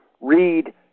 Read